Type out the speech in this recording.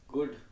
Good।